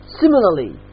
Similarly